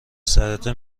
سرته